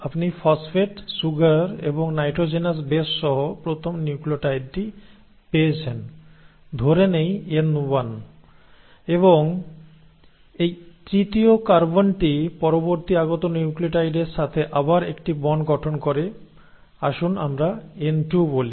আপনি phosphate sugar এবং nitrogenous base সহ প্রথম নিউক্লিওটাইডটি পেয়েছেন ধরে নেই N1 N1 এবং এই তৃতীয় কার্বনটি পরবর্তী আগত নিউক্লিওটাইডের সাথে আবার একটি বন্ড গঠন করে আসুন আমরা N2N2 বলি